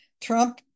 Trump